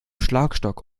schlagstock